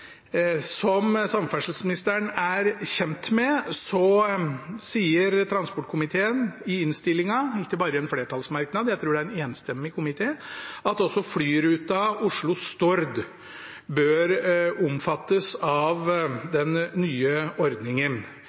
Som samferdselsministeren er kjent med, sier transportkomiteen i innstillingen – ikke bare i en flertallsmerknad, jeg tror det er en enstemmig komité – at også flyruta Oslo–Stord bør omfattes av den nye ordningen.